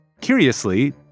curiously